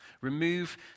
Remove